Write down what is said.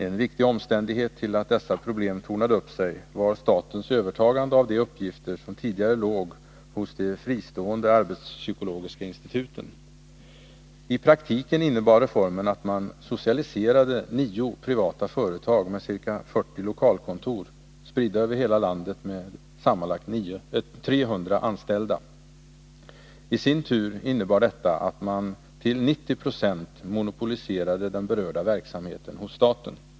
En viktig orsak till att dessa problem tornade upp sig var statens övertagande av de uppgifter som tidigare låg hos de fristående arbetspsykologiska instituten. I praktiken innebar reformen att man socialiserade nio privata företag med ca 40 lokalkontor, spridda över hela landet med sammanlagt 300 anställda. I sin tur innebar detta att man till 90 26 monopoliserade den berörda verksamheten hos staten.